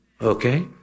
Okay